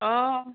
অঁ